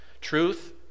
Truth